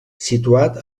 situat